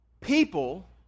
people